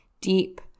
deep